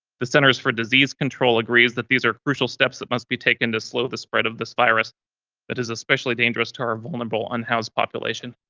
the centers for disease control agrees that these are crucial steps that must be taken to slow the spread of this virus that is especially dangerous to our vulnerable unhoused population.